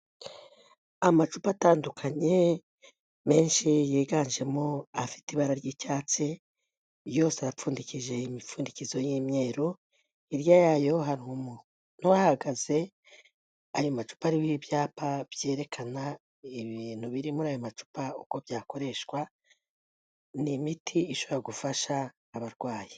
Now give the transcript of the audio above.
Amacupa atandukanye menshi yiganjemo afite ibara ry'icyatsi, yose apfundikije imipfundikizo y'imyeru, hirya yayo hari umuntu uhahagaze, ari mu macupa ariho ibyapa byerekana ibintu biri muri aya macupa uko byakoreshwa, ni imiti ishobora gufasha abarwayi.